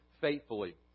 faithfully